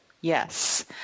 Yes